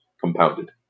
compounded